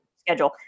schedule